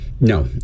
no